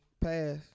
Pass